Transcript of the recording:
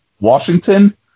Washington